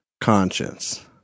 conscience